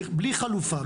בלי חלופה,